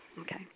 Okay